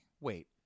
Wait